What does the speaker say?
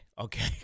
Okay